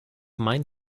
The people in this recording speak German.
mein